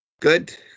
Good